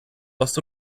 ost